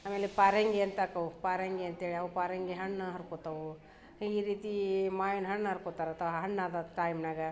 ಆಮೇಲೆ ಪರಂಗಿ ಅಂತ ಆಕವು ಪರಂಗಿ ಅಂತೇಳಿ ಅವೆ ಪರಂಗಿ ಹಣ್ಣ ಹರ್ಕೊತಾವೆ ಈ ರೀತಿ ಮಾವಿನ ಹಣ್ಣು ಹರ್ಕೊತಾರೆ ತಾ ಹಣ್ಣು ಆದ ಟೈಮ್ನಾಗ